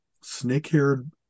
snake-haired